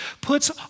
puts